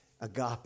agape